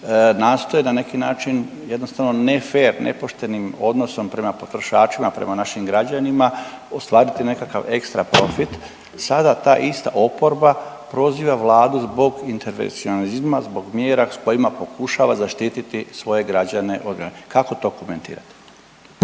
nastoji na neki način jednostavno ne fer, nepoštenim odnosom prema potrošačima, prema našim građanima ostvariti nekakav ekstra profit. Sada ta ista oporba proziva Vladu zbog intervencionizma, zbog mjera s kojima pokušava zaštiti svoje građane …/Govornik se ne razumije./… Kako to komentirate?